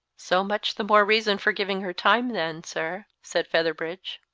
so much the more reason for giving her time, then, sir, said featherbridge.